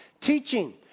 Teaching